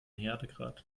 härtegrad